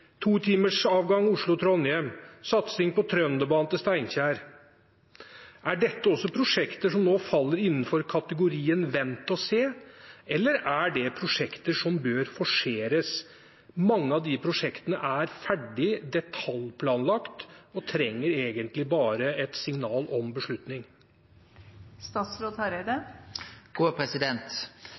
satsing på Trønderbanen til Steinkjer? Er dette også prosjekter som nå faller innenfor kategorien «vent og se», eller er dette prosjekter som bør forseres? Mange av de prosjektene er ferdig detaljplanlagt og trenger egentlig bare et signal om beslutning.